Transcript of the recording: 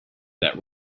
that